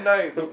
Nice